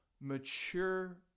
mature